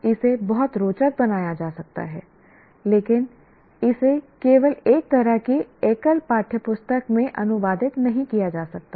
इसे बहुत रोचक बनाया जा सकता है लेकिन इसे केवल एक तरह की एकल पाठ्यपुस्तक में अनुवादित नहीं किया जा सकता